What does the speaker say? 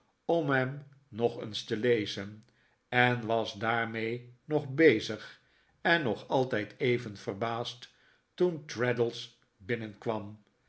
om hem nog eens te lezen en was daarmee nog bezig en nog altijd even verbaasd toen traddles binnenkwam